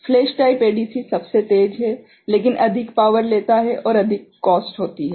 flash type ADC सबसे तेज़ है लेकिन अधिक पावर लेता है और अधिक कॉस्ट होती है